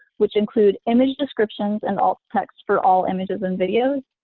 which include image descriptions and alt text for all images and videos.